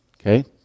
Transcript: Okay